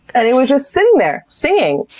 and it was just sitting there, singing.